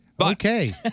Okay